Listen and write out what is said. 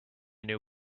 new